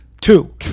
Two